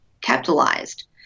capitalized